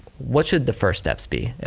what should the first steps be? ah